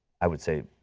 i would say,